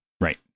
Right